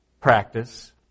practice